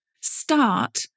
Start